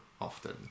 often